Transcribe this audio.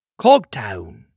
Cogtown